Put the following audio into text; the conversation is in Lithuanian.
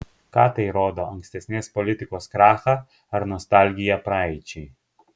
ką tai rodo ankstesnės politikos krachą ar nostalgiją praeičiai